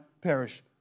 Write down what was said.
perish